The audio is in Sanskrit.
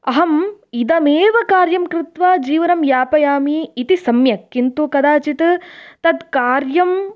अहम् इदमेव कार्यं कृत्वा जीवनं यापयामि इति सम्यक् किन्तु कदाचित् तत् कार्यं